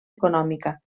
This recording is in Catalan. econòmica